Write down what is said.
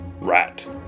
rat